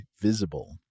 Visible